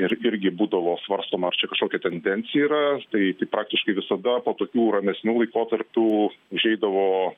ir irgi būdavo svarstoma ar čia kažkokia tendencija yra tai tai praktiškai visada po tokių ramesnių laikotarpių užeidavo